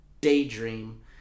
Daydream